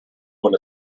one